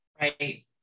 Right